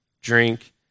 drink